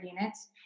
units